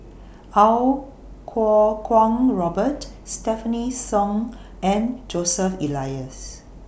Iau Kuo Kwong Robert Stefanie Sun and Joseph Elias